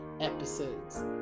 episodes